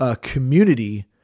community